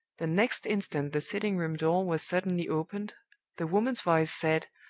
the next instant the sitting-room door was suddenly opened the woman's voice said,